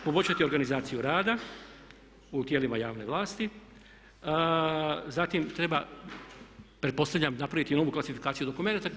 Poboljšati organizaciju rada u tijelima javne vlasti, zatim treba pretpostavljam napraviti i novu klasifikaciju dokumenata.